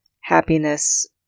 happiness